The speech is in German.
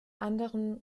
anderem